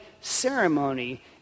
ceremony